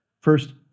First